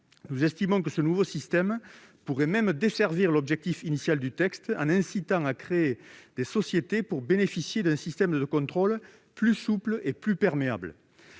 nous estimons que ce nouveau système pourrait même desservir l'objectif initial du texte, en incitant à créer des sociétés pour bénéficier d'un contrôle plus souple et plus perméable.